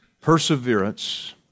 perseverance